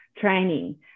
training